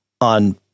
on